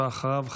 ואחריו,